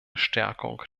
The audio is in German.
stärkung